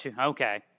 Okay